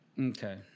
okay